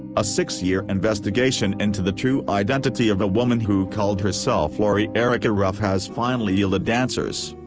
a six-year investigation into the true identity of a woman who called herself lori erica ruff has finally yielded answers.